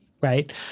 right